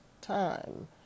time